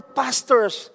pastors